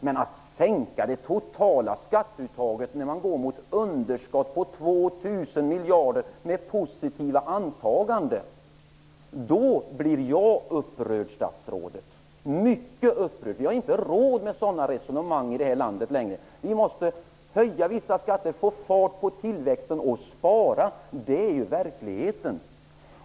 Men om man sänker det totala skatteuttaget när man med positiva antaganden går mot ett underskott på 2 000 miljarder blir jag mycket upprörd, statsrådet. Vi har inte råd med sådana resonemang i det här landet längre. Vi måste höja vissa skatter, få fart på tillväxten och spara. Det är verkligheten.